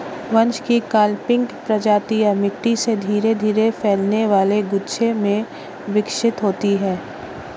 बांस की क्लंपिंग प्रजातियां मिट्टी से धीरे धीरे फैलने वाले गुच्छे में विकसित होती हैं